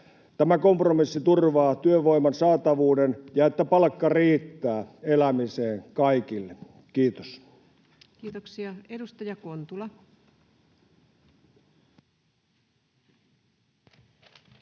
Tämä kompromissi turvaa työvoiman saatavuuden ja sen, että palkka riittää elämiseen kaikille. — Kiitos. [Speech 128]